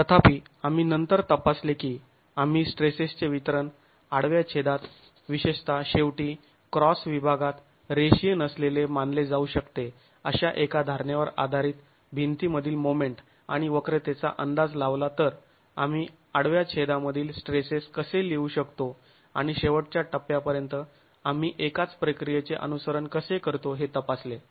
तथापि आम्ही नंतर तपासले की आम्ही स्ट्रेसेसचे वितरण आडव्या छेदात विशेषत शेवटी क्रॉस विभागात रेषिय नसलेले मानले जाऊ शकते अशा एका धारणेवर आधारित भिंतीमधील मोमेंट आणि वक्रतेचा अंदाज लावला तर आम्ही आडव्यात छेदामधील स्ट्रेसेस कसे लिहू शकतो आणि शेवटच्या टप्प्यापर्यंत आम्ही एकाच प्रक्रियेचे अनुसरण कसे करतो हे तपासले